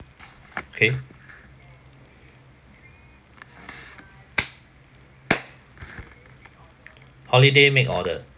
okay holiday make order